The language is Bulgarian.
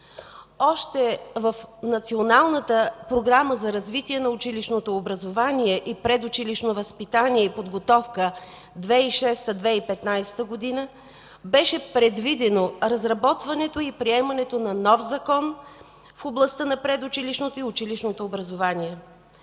Още в Националната програма за развитие на училищното образование и предучилищно възпитание и подготовка 2006 – 2015 г. беше предвидено разработването и приемането на нов закон в областта на предучилищното и училищното образование.